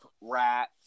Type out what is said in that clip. rat